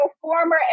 former